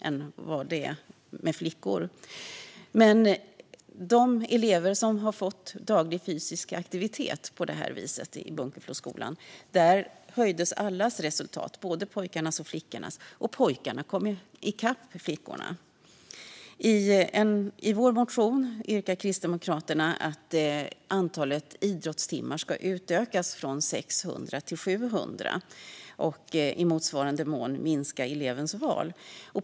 Bland de elever som fick daglig fysisk aktivitet i Bunkefloskolan höjdes dock allas resultat, både pojkarnas och flickornas, och pojkarna kom ikapp flickorna. I vår motion yrkar vi i Kristdemokraterna på att antalet idrottstimmar ska utökas från 600 till 700. I motsvarande mån ska elevens val minska.